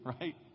right